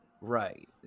Right